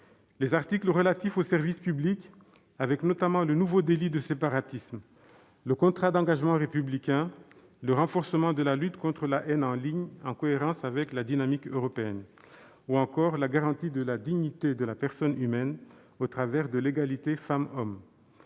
les articles relatifs au service public, avec notamment le nouveau délit de séparatisme ; le contrat d'engagement républicain ; le renforcement de la lutte contre la haine en ligne, en cohérence avec la dynamique européenne ; ou encore la garantie de la dignité de la personne humaine au travers de l'égalité femmes-hommes.